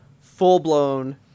full-blown